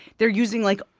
they're using, like,